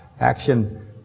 action